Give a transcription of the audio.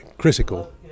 Critical